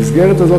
במסגרת הזאת,